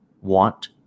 want